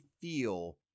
feel